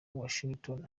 bushington